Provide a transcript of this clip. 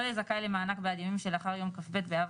לא יהיה זכאי למענק בעד ימים שלאחר יום כ"ב באב